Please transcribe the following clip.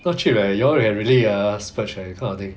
not cheap leh you all ah really leh splurge leh this kind of thing